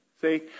See